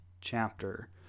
chapter